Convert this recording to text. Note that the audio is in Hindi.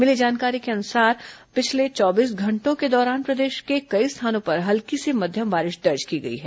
मिली जानकारी के मुताबिक पिछले चौबीस घंटों के दौरान प्रदेश में कई स्थानों पर हल्की से मध्यम बारिश दर्ज की गई है